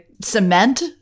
cement